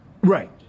Right